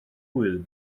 hwyl